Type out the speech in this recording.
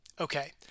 Okay